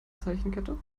zeichenkette